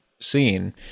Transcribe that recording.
scene